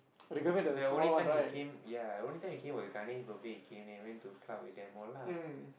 the only time he came ya the only time he came was Ganesh birthday he came then he went to club with them all lah